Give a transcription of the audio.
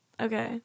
okay